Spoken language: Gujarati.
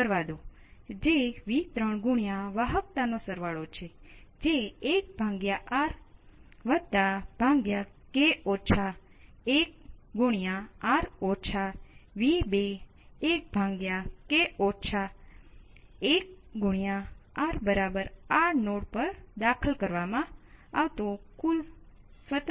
જો Vc નું બીજું કોઈ મૂલ્ય હોય તો શું થાય કે ત્યાં આપણે આ વિશે વિચારવાની ઘણી રીતો છે અને પહેલા ચાલો આપણે કહીએ